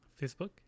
facebook